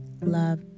love